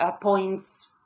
points